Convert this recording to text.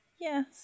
Yes